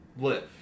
...live